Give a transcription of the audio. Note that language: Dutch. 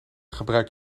gebruik